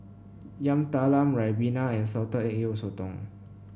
Yam Talam ribena and Salted Egg Yolk Sotong